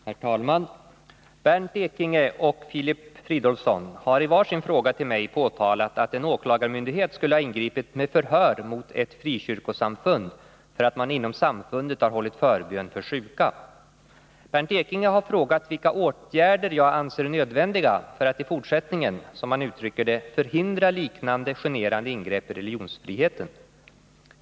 Herr talman! Bernt Ekinge och Filip Fridolfsson har i var sin fråga till mig påtalat att en åklagarmyndighet skulle ha ingripit med förhör mot ett frikyrkosamfund för att man inom samfundet har hållit förbön för sjuka. Bernt Ekinge har frågat vilka åtgärder jag anser nödvändiga för att i fortsättningen, som han uttrycker det, förhindra liknande generande ingrepp i religionsfriheten.